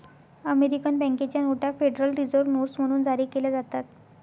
American बँकेच्या नोटा federal reserve notes म्हणून जारी केल्या जातात